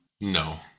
No